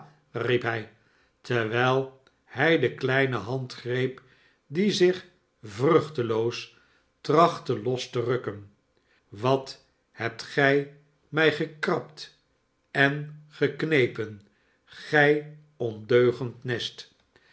riep hij terwijl hij de kleine hand greep die zich vruchteloos trachtte los te rukken a wat hebt gij mij gekrabt en geknepen gij ondeugend nest